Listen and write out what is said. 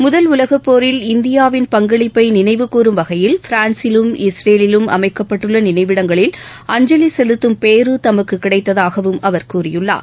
முதல் உலகப்போரில் இந்தியாவின் பங்களிப்பை நினைவு கூரும் வகையில் பிரான்சிலும் இஸ்ரேலிலும் அமைக்கப்பட்டுள்ள நினைவிடங்களில் அஞ்சலி செலுத்தும் பேறு தமக்கு கிடைத்ததாகவும் அவர் கூறியுள்ளார்